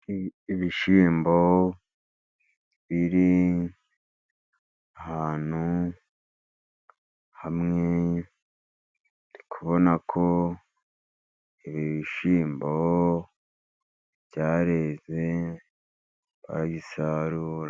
Ibishyimbo biri ahantu hamwe uri kubona ko ibishyimbo byareze barabisarura.